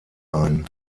ein